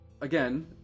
again